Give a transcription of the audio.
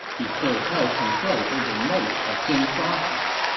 he still held control over most of jing province.